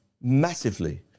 massively